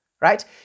right